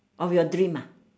of your dream ah